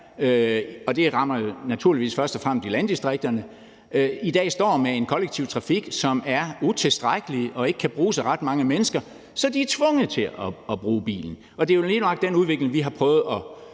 og det rammer naturligvis først og fremmest i landdistrikterne – i dag står med en kollektiv trafik, som er utilstrækkelig og ikke kan bruges af ret mange mennesker, så de er tvunget til at bruge bilen. Det er lige nøjagtig den udvikling, vi har været